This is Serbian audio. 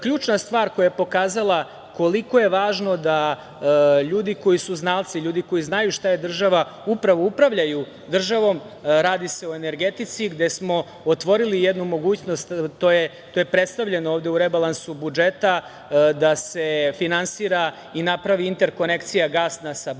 ključna stvar koja je pokazala koliko je važno da ljudi koji su znalci, ljudi koji znaju šta je država upravo upravljaju državom, radi se o energetici, gde smo otvorili jednu mogućnost, to je predstavljeno ovde u rebalansu budžeta, da se finansira i napravi interkonekcija gasna sa Bugarskom.